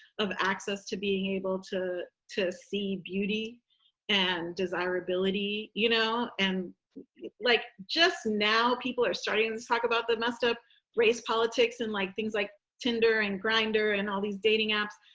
of access to being able to to see beauty and desirability, you know, and like just now, people are starting to talk about the messed up race politics and like things like tinder and grindr and all these dating apps.